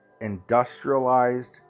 industrialized